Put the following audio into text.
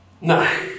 No